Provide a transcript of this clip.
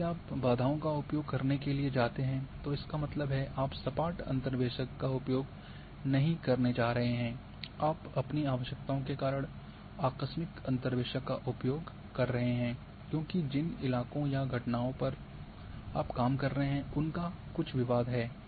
जब भी आप बाधाओं का उपयोग करने के लिए जाते हैं तो इसका मतलब है आप सपाट अंतर्वेशक का उपयोग नहीं करने जा रहे हैं आप अपनी आवश्यकताओं के कारण आकस्मिक अंतर्वेशक का उपयोग कर रहे हैं क्योंकि जिन इलाकों या घटनाओं पर आप काम कर रहे हैं उनमें कुछ विवाद है